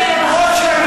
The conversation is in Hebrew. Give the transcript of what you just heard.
חס ושלום.